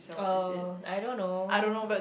uh I don't know